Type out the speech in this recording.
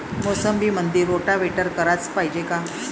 मोसंबीमंदी रोटावेटर कराच पायजे का?